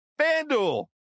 FanDuel